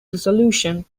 dissolution